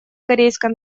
корейской